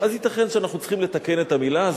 אז ייתכן שאנחנו צריכים לתקן את המלה הזאת.